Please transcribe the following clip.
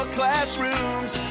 classrooms